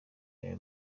aya